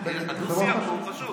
הדו-שיח חשוב.